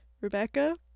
Rebecca